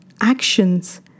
actions